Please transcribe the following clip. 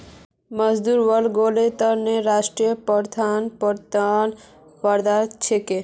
मजदूर वर्गर लोगेर त न राष्ट्रीय पेंशन प्रणाली वरदान छिके